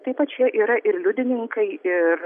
taip čia yra ir liudininkai ir